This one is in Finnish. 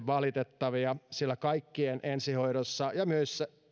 valitettavia sillä kaikkien ensihoidossa ja